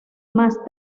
más